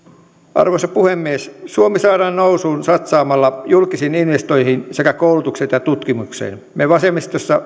arvoisa puhemies suomi saadaan nousuun satsaamalla julkisiin investointeihin sekä koulutukseen ja tutkimukseen me vasemmistossa